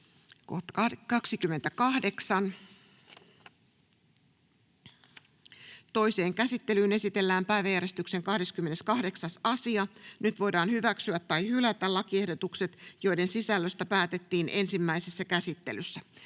Content: Toiseen käsittelyyn esitellään päiväjärjestyksen 10. asia. Nyt voidaan hyväksyä tai hylätä lakiehdotus, jonka sisällöstä päätettiin ensimmäisessä käsittelyssä.